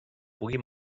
pugui